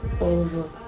Over